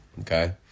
okay